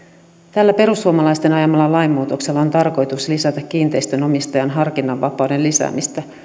tällä perussuomalaisten ajamalla lainmuutoksella on tarkoitus lisätä kiinteistönomistajan harkinnanvapauden lisäämistä